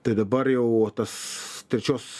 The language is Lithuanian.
tai dabar jau tas trečios